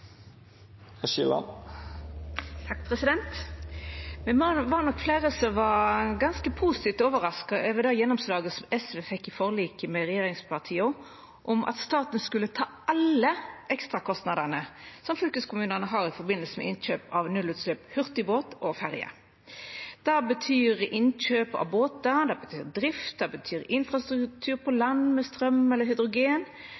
i forliket med regjeringspartia om at staten skulle ta alle ekstrakostnadene som fylkeskommunane har i forbindelse med innkjøp av nullutsleppshurtigbåtar og -ferjer. Det betyr innkjøp av båtar, det betyr drift, det betyr infrastruktur på